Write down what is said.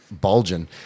bulging